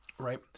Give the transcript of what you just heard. Right